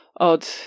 odd